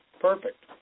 perfect